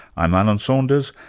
i'm alan saunders,